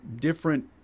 different